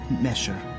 measure